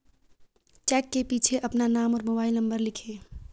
check के पीछे अपना नाम और मोबाइल नंबर लिखें